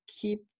keep